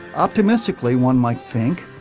optimistically one might think.